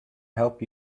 help